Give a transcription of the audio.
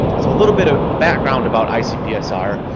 so a little bit of a background about icpsr.